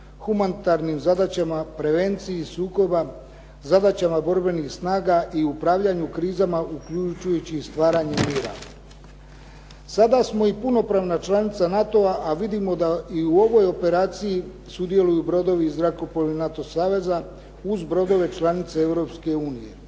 humanitarnim zadaćama, prevenciji sukoba, zadaćama borbenih snaga i upravljanju krizama uključujući i stvaranje mira. Sada smo i punopravna članica NATO-a, a vidimo da i u ovoj operaciji sudjeluju i brodovi i zrakoplovi NATO saveza uz brodove članice